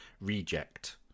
reject